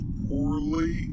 poorly